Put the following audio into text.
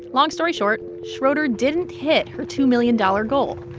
long story short, schroeder didn't hit her two million dollars goal,